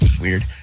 Weird